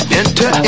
enter